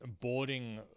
boarding